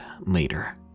later